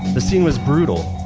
the scene was brutal.